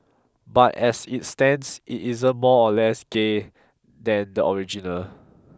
but as it stands it isn't more or less gay than the original